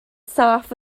saff